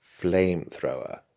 flamethrower